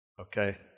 Okay